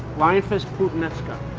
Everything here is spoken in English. lionfish puttanesca.